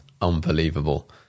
unbelievable